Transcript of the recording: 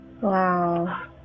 Wow